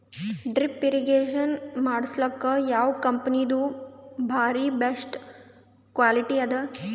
Drip irrigation ಮಾಡಸಲಕ್ಕ ಯಾವ ಕಂಪನಿದು ಬಾರಿ ಬೆಸ್ಟ್ ಕ್ವಾಲಿಟಿ ಅದ?